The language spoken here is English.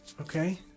Okay